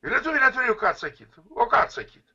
ir lietuviai neturėjo ką atsakyt o ką atsakyt